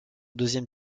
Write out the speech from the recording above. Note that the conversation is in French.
deuxième